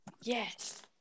Yes